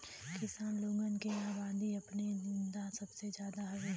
किसान लोगन क अबादी अपने इंहा सबसे जादा हउवे